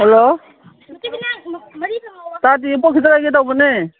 hello ꯇꯥꯗꯤꯌꯦ ꯄꯣꯠ ꯈꯤꯇ ꯂꯧꯒꯦ ꯇꯧꯕꯅꯦ